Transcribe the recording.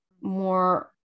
more